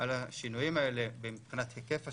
על השינויים האלה מבחינת היקף השינויים,